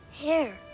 hair